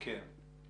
כן.